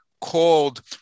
called